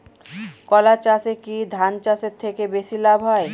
কলা চাষে কী ধান চাষের থেকে বেশী লাভ হয়?